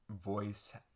voice